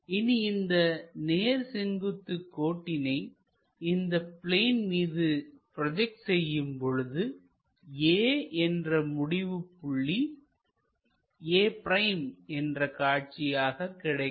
இனி இந்த நேர் செங்குத்து கோட்டினை இந்த பிளேன் மீது ப்ரோஜெக்ட் செய்யும் பொழுது A என்ற முடிவுப் புள்ளி a' என்ற காட்சியாக கிடைக்கும்